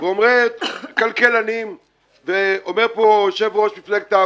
כי אתה ואני וחברים כאן, יש לנו